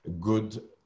good